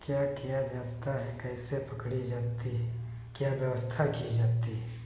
क्या किया जाता है कैसे पकड़ी जाती है क्या व्यवस्था की जाती है